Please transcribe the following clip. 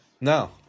no